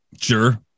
Sure